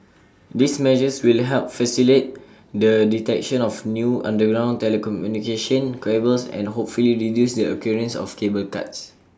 these measures really help facilitate the detection of new underground telecommunication cables and hopefully reduce the occurrence of cable cuts